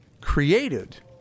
created